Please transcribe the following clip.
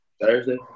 Thursday